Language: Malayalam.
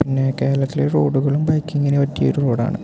പിന്നെ കേരളത്തിലെ റോഡുകളും ബൈക്കിങ്ങിന് പറ്റിയ ഒരു റോഡാണ്